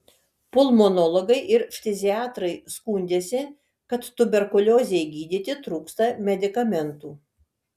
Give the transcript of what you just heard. pulmonologai ir ftiziatrai skundėsi kad tuberkuliozei gydyti trūksta medikamentų